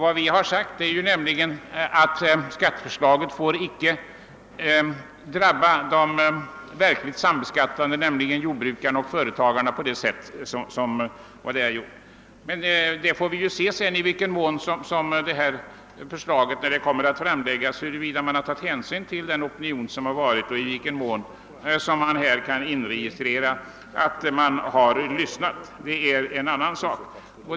Vid framläggandet av förslaget får vi ju se, om man tagit hänsyn till den opinion som uppstått och i vilken mån ändringar har gjorts.